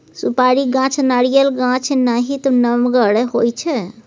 सुपारी गाछ नारियल गाछ नाहित नमगर होइ छइ